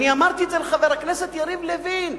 אני אמרתי את זה לחבר הכנסת יריב לוין,